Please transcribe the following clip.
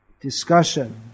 discussion